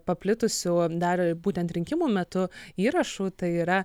paplitusių dar būtent rinkimų metu įrašų tai yra